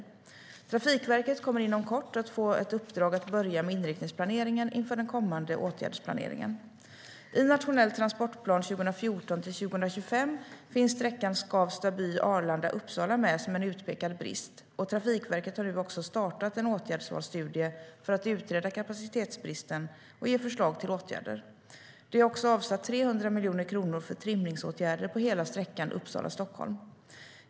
Trafikverket kommer inom kort att få ett uppdrag att börja med inriktningsplanering inför den kommande åtgärdsplaneringen. I Nationell transportplan 2014-2025 finns sträckan Skavstaby-Arlanda-Uppsala med som en utpekad brist, och Trafikverket har nu också startat en åtgärdsvalsstudie för att utreda kapacitetsbristen och ge förslag till åtgärder. Det är också avsatt 300 miljoner kronor för trimningsåtgärder på hela sträckan Uppsala-Stockholm.